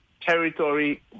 territory